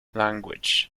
language